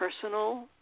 personal